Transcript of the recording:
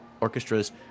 orchestras